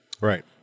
Right